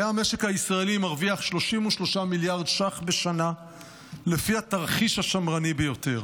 המשק הישראלי ירוויח 33 מיליארד ש"ח בשנה לפי התרחיש השמרני ביותר.